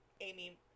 Amy